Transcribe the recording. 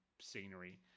scenery